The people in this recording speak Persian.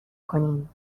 کنیم